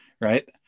right